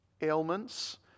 ailments